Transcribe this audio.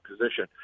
position